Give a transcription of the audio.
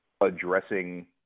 addressing